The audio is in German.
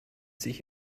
sich